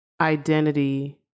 identity